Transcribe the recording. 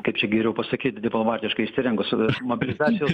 kaip čia geriau pasakyt diplomatiškai išsirengus mobilizacijos